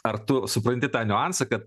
ar tu supranti tą niuansą kad